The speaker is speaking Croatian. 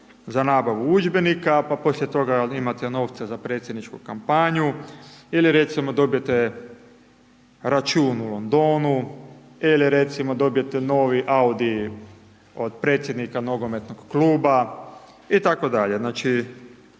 za nabavu udžbenika, pa poslije toga imati novca za predsjedničku kampanju ili recimo dobijete račun u Londonu ili recimo dobijete novi Audi od predsjednika nogometnog kluba itd.